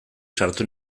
sartu